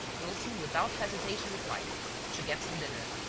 wilson, without hesitation, replied to get some dinner.